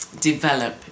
develop